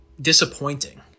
disappointing